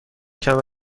کمر